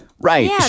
Right